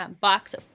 box